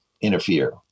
interfere